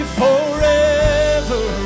forever